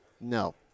No